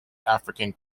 african